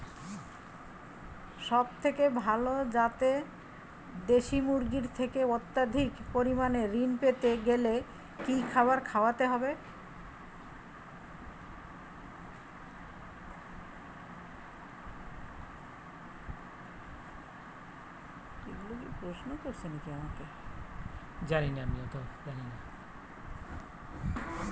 সবথেকে ভালো যাতে দেশি মুরগির থেকে অত্যাধিক পরিমাণে ঋণ পেতে গেলে কি খাবার খাওয়াতে হবে?